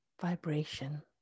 vibration